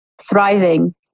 thriving